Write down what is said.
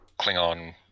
Klingon